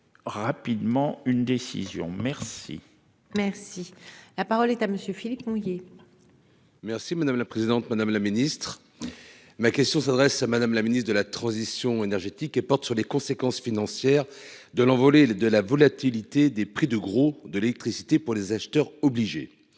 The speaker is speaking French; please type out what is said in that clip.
Rapidement une décision. Merci. Merci la parole est à monsieur Philippe mouiller. Merci madame la présidente, madame la ministre. Ma question s'adresse à Madame, la ministre de la transition énergétique et porte sur les conséquences financières de l'envolée de la volatilité des prix de gros de l'électricité pour les acheteurs obligé.